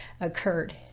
occurred